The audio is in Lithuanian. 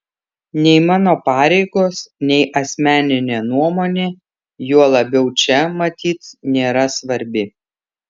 nei mano pareigos nei asmeninė nuomonė juo labiau čia matyt nėra svarbi